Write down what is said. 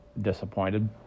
disappointed